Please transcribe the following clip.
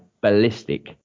ballistic